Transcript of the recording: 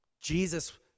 Jesus